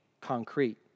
concrete